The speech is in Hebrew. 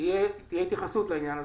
תהיה התייחסות לעניין הזה.